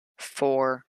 four